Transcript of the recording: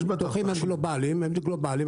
המשקים הגלובליים הם גלובליים.